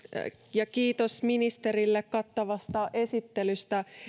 ja kiitos ministerille kattavasta esittelystä